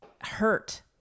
hurt